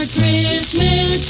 Christmas